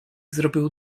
zrobił